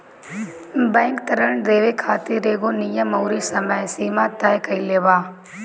bank ऋण देवे खातिर एगो नियम अउरी समय सीमा तय कईले बा